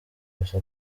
gusa